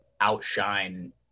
outshine